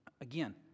again